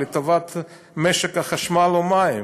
לטובת משק החשמל או המים.